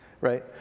right